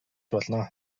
болно